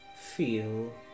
feel